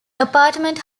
apartment